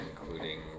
including